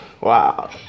wow